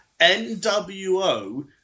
NWO